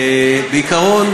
בעיקרון,